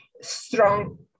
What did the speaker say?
strong